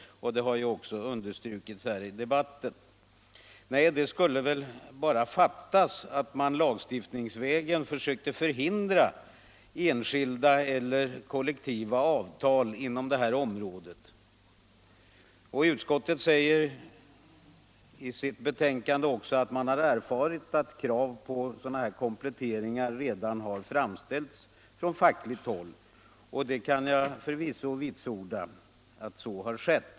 Detta har också understrukits i debatten. Nej, det skulle väl bara fattas att man lagstiftningsvägen försökte förhindra enskilda eller kollektiva avtal inom det här området. Utskottet säger också i sitt betänkande att det erfarit att krav på sådana här kompletteringar redan har framställts från fackligt håll. Det kan jag förvisso vitsorda.